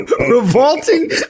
revolting